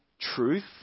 truth